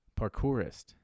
parkourist